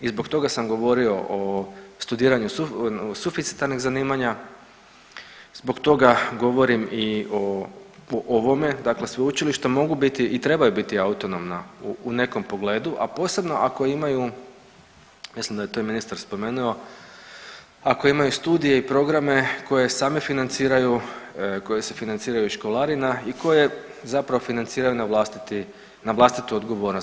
I zbog toga sam govorio o studiranju suficitarnih zanimanja, zbog toga govorim i o ovome, dakle sveučilišta mogu biti i trebaju biti autonomna u nekom pogledu, a posebno ako imaju, mislim da je to i ministar spomenuo, ako imaju studije i programe koje sami financiraju, koji se financiraju iz školarina i koje zapravo financiraju na vlastitu odgovornost.